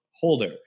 holder